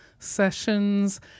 Sessions